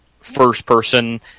first-person